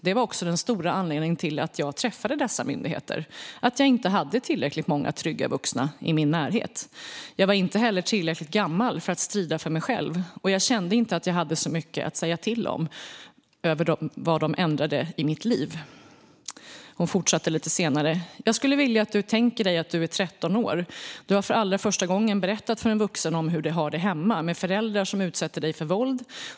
Det var också den stora anledningen till att jag träffade dessa myndigheter - att jag inte hade tillräckligt många trygga vuxna i min närhet. Jag var inte heller tillräckligt gammal för att strida för mig själv, och jag kände inte att jag hade så mycket att säga till om över vad de ändrade i mitt liv. Lite senare fortsatte hon med dessa ord: Jag skulle vilja att du tänker dig att du är 13 år och att du för allra första gången har berättat för en vuxen om hur du har det hemma, med föräldrar som utsätter dig för våld.